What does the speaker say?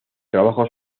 trabajo